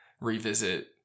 revisit